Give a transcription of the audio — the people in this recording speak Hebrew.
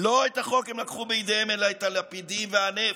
לא את החוק הם לקחו לידיהם, אלא את הלפידים והנפט,